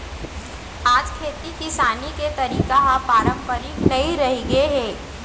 आज खेती किसानी के तरीका ह पारंपरिक नइ रहिगे हे